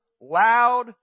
loud